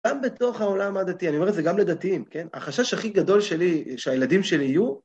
גם בתוך העולם הדתי, אני אומר את זה גם לדתיים, כן? החשש הכי גדול שלי, שהילדים שלי יהיו,